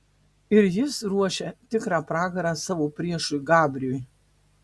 ir jis ruošia tikrą pragarą savo priešui gabriui